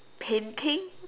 painting